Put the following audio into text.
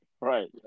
right